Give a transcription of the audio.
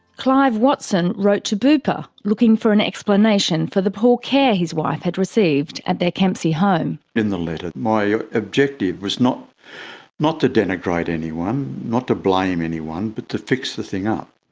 clive watson wrote to bupa looking for an explanation for the poor care his wife had received at their kempsey home. in the letter my objective was not not to denigrate anyone, anyone, not to blame anyone but to fix the thing up.